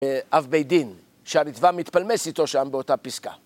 אב ביידין שהרצפה מתפלמס איתו שם באותה פסקה